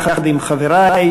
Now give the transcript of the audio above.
יחד עם חברי,